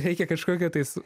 reikia kažkokio tais